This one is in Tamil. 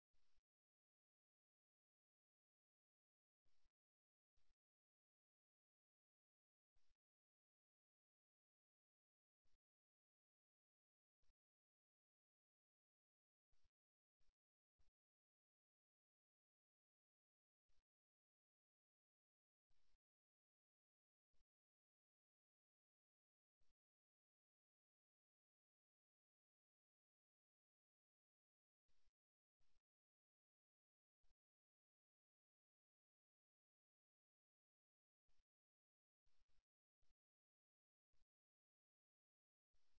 கால்கள் மற்றும் பாதங்கள் நீட்டப்பட்டிருப்பது யாரோ ஒருவர் வசதியாகவோ பாதுகாப்பாகவோ உணர்கிறார்கள் ஆனால் கணுக்கால் பூட்டப்பட்டு பின்வாங்கும்போது அல்லது நாற்காலியின் கால்களைச் சுற்றும்போது கூட அந்த நபர் பாதுகாப்பற்றதாக உணர்கிறார் அல்லது வெளியேறிவிட்டார்